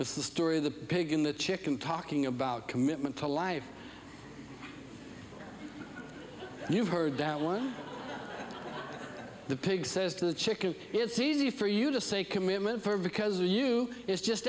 with the story of the pig in the chicken talking about commitment to life you've heard that one the pig says to the chicken it's easy for you to say commitment firm because a you is just